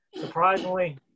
surprisingly